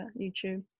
youtube